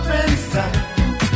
inside